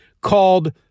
called